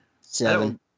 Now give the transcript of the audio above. Seven